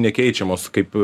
nekeičiamos kaip